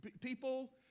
people